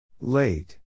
Late